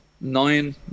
nine